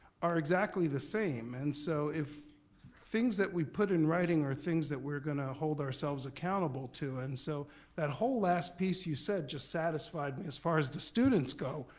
are exactly the same, and so if things that we put in writing are things that we're gonna hold ourselves accountable to, and so that whole last piece you said just satisfied me, as far as the students go,